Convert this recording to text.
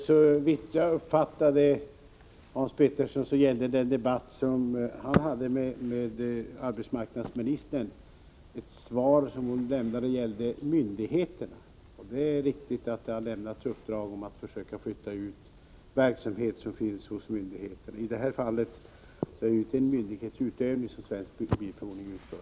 Fru talman! Om jag uppfattade Hans Petersson i Hallstahammar rätt så gällde den debatt som han hade med arbetsmarknadsministern statliga myndigheter. Det är riktigt att de har fått uppdrag om att försöka flytta ut verksamhet som finns hos dem. I det här fallet är det emellertid inte fråga om myndigheter — det är inte myndighetsutövning som Svensk Bilprovning utför.